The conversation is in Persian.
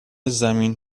زمین